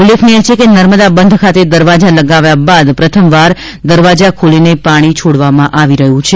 ઉલ્લેખનીય છે કે નર્મદા બંધ ખાતે દરવાજા લગાવ્યા બાદ પ્રથમવાર દરવાજા ખોલીને પાણી છોડવામાં આવી રહ્યું છે